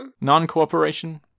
non-cooperation